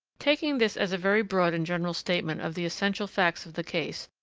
taking this as a very broad and general statement of the essential facts of the case,